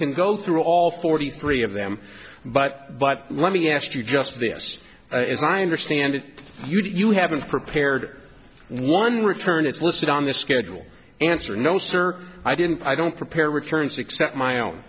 can go through all forty three of them but but let me ask you just this as i understand it you haven't prepared one return it's listed on the schedule answer no sir i didn't i don't prepare returns except my own